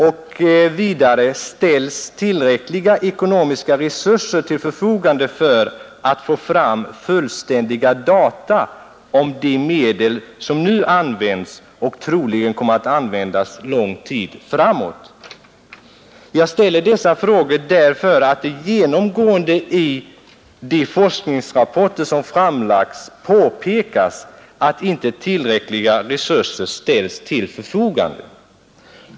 — Vidare vill jag fråga: Ställs tillräckliga ekonomiska resurser till förfogande för att det skall vara möjligt att få fram fullständiga data om de medel som nu används och troligen kommer att användas lång tid framåt? Jag ställer dessa frågor därför att det i de forskningsrapporter som framlagts genomgående har påpekats att inte tillräckliga resurser ställs till förfogande.